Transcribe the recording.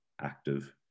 active